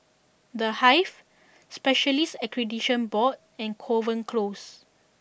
The Hive Specialists Accreditation Board and Kovan Close